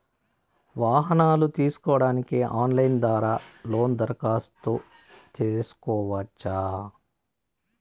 వాహనాలు తీసుకోడానికి ఆన్లైన్ ద్వారా లోను దరఖాస్తు సేసుకోవచ్చా?